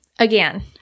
Again